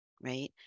Right